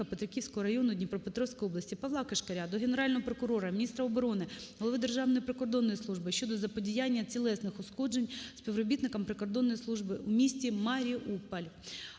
Петриківського району Дніпропетровської області. Павла Кишкаря до Генерального прокурора, міністра оборони, голови Державної прикордонної служби щодо заподіяння тілесних ушкоджень співробітникам прикордонної служби у місті Маріуполь.